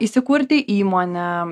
įsikurti įmonę